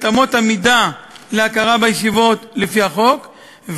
את אמות המידה להכרה בישיבות לפי החוק,